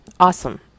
Awesome